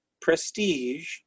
prestige